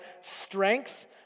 strength